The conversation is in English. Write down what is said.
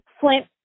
Flint